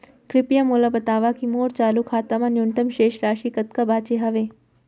कृपया मोला बतावव की मोर चालू खाता मा न्यूनतम शेष राशि कतका बाचे हवे